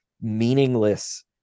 meaningless